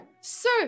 sir